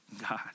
God